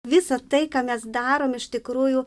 visa tai ką mes darom iš tikrųjų